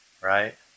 right